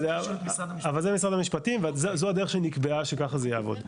אבל זה משרד המשפטים וזהו הדרך שנקבעה שככה זה יעבוד,